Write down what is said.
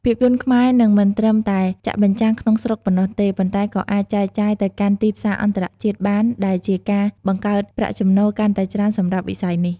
ភាពយន្តខ្មែរនឹងមិនត្រឹមតែចាក់បញ្ចាំងក្នុងស្រុកប៉ុណ្ណោះទេ ប៉ុន្តែក៏អាចចែកចាយទៅកាន់ទីផ្សារអន្តរជាតិបាន ដែលជាការ បង្កើតប្រាក់ចំណូលកាន់តែច្រើនសម្រាប់វិស័យនេះ។